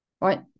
Right